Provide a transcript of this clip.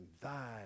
Thy